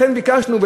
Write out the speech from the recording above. לכן ביקשנו.